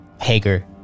Hager